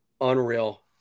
unreal